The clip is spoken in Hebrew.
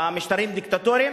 במשטרים דיקטטוריים,